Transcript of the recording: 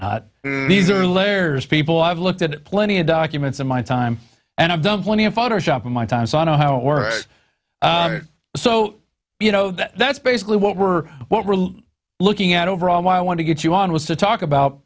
notes these are layers people i've looked at plenty of documents in my time and i've done plenty of photoshop in my time so i know how it works so you know that's basically what we're what we're looking at overall i want to get you on was to talk about